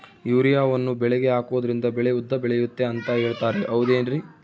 ಯೂರಿಯಾವನ್ನು ಬೆಳೆಗೆ ಹಾಕೋದ್ರಿಂದ ಬೆಳೆ ಉದ್ದ ಬೆಳೆಯುತ್ತೆ ಅಂತ ಹೇಳ್ತಾರ ಹೌದೇನ್ರಿ?